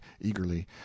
eagerly